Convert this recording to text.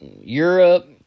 Europe